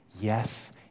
Yes